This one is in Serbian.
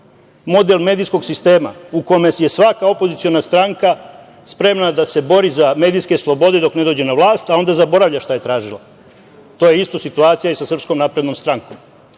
model medijskog sistema u kome je svaka opoziciona stranka spremna da se bori za medijske slobode dok ne dođe na vlast, a onda zaboravlja šta je tražila. To je isto situacija sa Srpskom naprednom strankom,